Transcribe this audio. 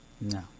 No